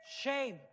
Shame